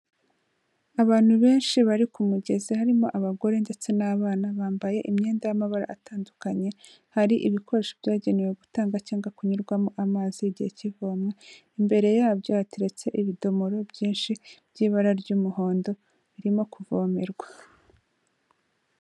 Abantu benshi bari ku mugezi harimo abagore ndetse n'abana, bambaye imyenda y'amabara atandukanye, hari ibikoresho byagenewe gutanga cyangwa kunyurwamo amazi igihe kivomyi, imbere yabyo hateretse ibidomoro byinshi by'ibara ry'umuhondo birimo kuvomerwa.